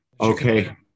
Okay